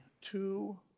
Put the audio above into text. two